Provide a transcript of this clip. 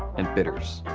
and bitters.